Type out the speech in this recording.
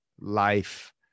life